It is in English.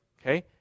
okay